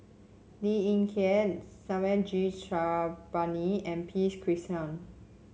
Lee Ling Yen G Sarangapani and P Krishnan